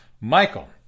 Michael